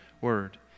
Word